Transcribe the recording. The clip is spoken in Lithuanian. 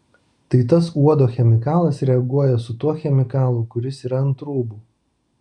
tai tas uodo chemikalas reaguoja su tuo chemikalu kuris yra ant rūbų